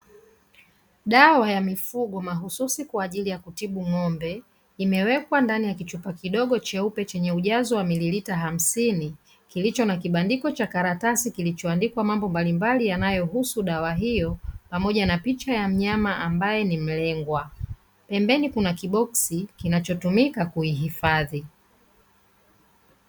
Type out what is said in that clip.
Dawa ya mifugo mahususi kwa ajili ya kutibu ng'ombe imewekwa ndani ya kichupa kidogo cheupe chenye ujazo wa mililita hamsini kilicho na kibandiko cha karatasi kilichoandikwa mambo mbalimbali yanayohusu dawa hiyo pamoja na picha ya mnyama ambaye ni mlengwa, pembeni kuna kiboksi kinachotumika kuihifadhi.